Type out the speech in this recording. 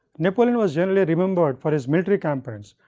napoleon was generally remembered for his military campaigns,